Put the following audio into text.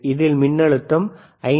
அதில் மின்னழுத்தம் 5